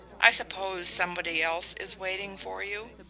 i suppose somebody else is waiting for you.